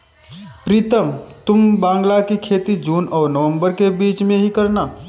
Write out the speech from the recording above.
प्रीतम तुम बांग्ला की खेती जून और नवंबर के बीच में ही करना